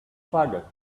father